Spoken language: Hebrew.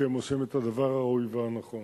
כי הם עושים את הדבר הראוי והנכון.